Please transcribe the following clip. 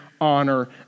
honor